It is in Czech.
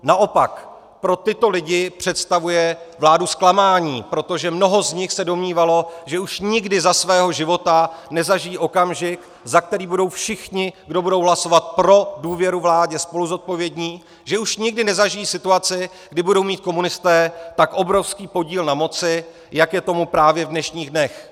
Naopak pro tyto lidi představuje vláda zklamání, protože mnoho z nich se domnívalo, že už nikdy za svého života nezažijí okamžik, za který budou všichni, kdo budou hlasovat pro důvěru vládě, spoluzodpovědní, že už nikdy nezažijí situaci, kdy budou mít komunisté tak obrovský podíl na moci, jak je tomu právě v dnešních dnech.